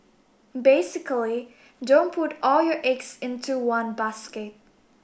basically don't put all your eggs into one basket